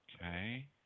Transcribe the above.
Okay